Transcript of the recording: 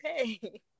okay